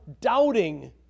doubting